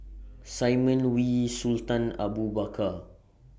Simon Wee Sultan Abu Bakar